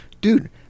dude